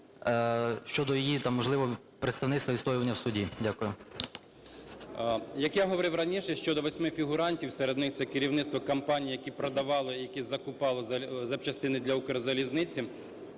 Як я говорив раніше, щодо восьми фігурантів, серед них - це керівництво компанії, які продавали, які закупали запчастини для "Укрзалізниці",